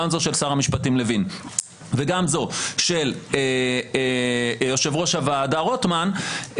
גם זו של שר המשפטים לוין וגם זו של יושב-ראש הועדה רוטמן,